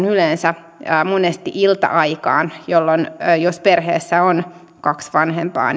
yleensä monesti ilta aikaan jolloin jos perheessä on kaksi vanhempaa